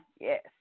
Yes